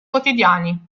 quotidiani